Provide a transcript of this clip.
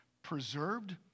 Preserved